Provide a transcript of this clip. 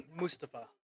mustafa